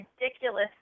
ridiculous